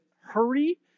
hurry